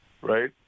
right